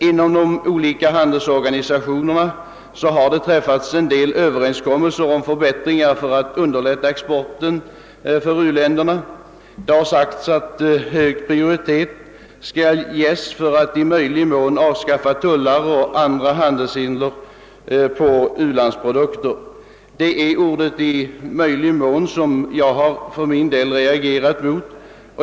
Inom de olika handelsorganisationerna har en del överenskommelser träffats om förbättringar för att underlätta exporten för u-länderna. Det har sagts att hög prioritet skall ges för att i möjlig mån avskaffa tullar och andra handelshinder för u-landsprodukter. Det är begreppet »i möjlig mån» som jag har reagerat mot.